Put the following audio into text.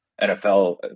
NFL